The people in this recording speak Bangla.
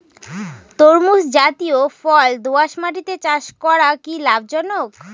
তরমুজ জাতিয় ফল দোঁয়াশ মাটিতে চাষ করা কি লাভজনক?